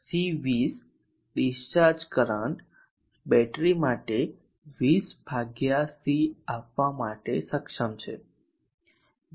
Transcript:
C20 discharge current battery એ 20 ભાગ્યા C આપવા માટે સક્ષમ છે